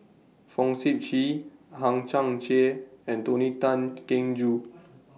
Fong Sip Chee Hang Chang Chieh and Tony Tan Keng Joo